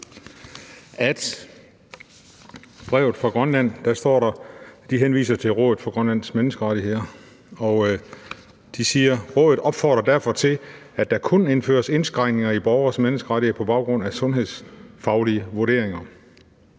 at i brevet fra Grønland – de henviser til Det Grønlandske Råd for Menneskerettigheder – står der: »Rådet opfordrer derfor til, at der kun indføres indskrænkninger i borgernes menneskerettigheder på baggrund af sundhedsfaglig vurdering.«